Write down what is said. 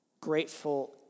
grateful